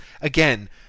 again